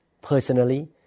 personally